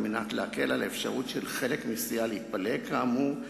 על מנת להקל על האפשרות של חלק מסיעה להתפלג כאמור,